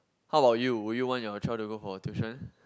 how about you would you want your child to go for tuition